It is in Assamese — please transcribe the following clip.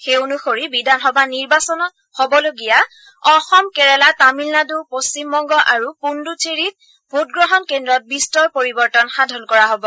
সেই অনুসৰি বিধানসভা নিৰ্বাচন হবলগীয়া অসম কেৰালা তামিলনাডু পশ্চিমবংগ আৰু পুড়ুচেৰীত ভোটগ্ৰহণ কেন্দ্ৰত বিস্তৰ পৰিবৰ্তন সাধন হব